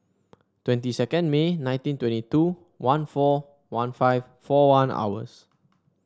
twenty second May nineteen twenty two one four one five four one hours